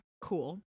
Cool